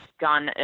gone